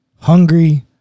hungry